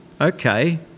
okay